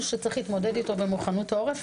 שצריך להתמודד איתו במוכנות העורף.